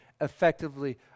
effectively